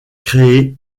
créé